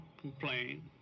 complain